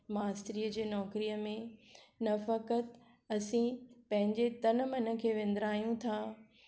मास्तरीअ जी नौकरीअ में नफ़गत असी पंहिंजे तन मन खे विंदरायूं था